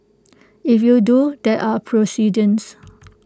if you do there are precedents